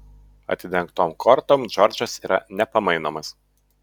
atidengtom kortom džordžas yra nepamainomas